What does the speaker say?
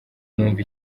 numva